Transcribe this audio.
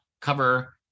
cover